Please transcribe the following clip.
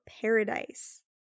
paradise